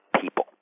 people